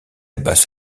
basse